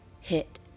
hit